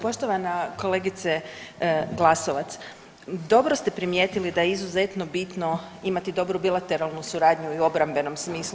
Poštovana kolegice Glasovac, dobro ste primijetili da je izrazito bitno imati dobru bilateralnu suradnju i u obrambenom smislu.